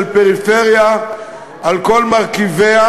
של פריפריה על כל מרכיביה,